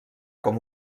com